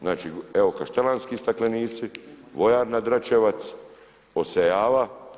Znači, Kaštelanski staklenici, vojarna Dračevac, Osejava.